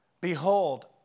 Behold